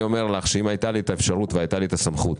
אני אומר לך שאם הייתה לי האפשרות והייתה לי הסמכות